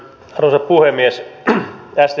arvoisa puhemies